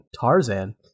Tarzan